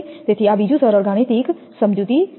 તેથી આ બીજું સરળ ગાણિતિક સમજૂતી છે